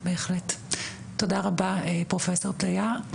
בהחלט, תודה רבה פרופסור פדיה,